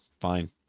Fine